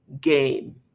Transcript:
gain